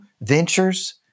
ventures